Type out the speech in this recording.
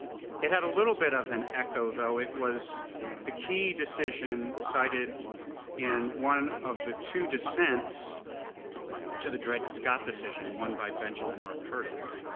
it had a little bit of an echo though. it was the key decision cited in one of the two descents to the dred scott decision, one by benjamin r. curtis.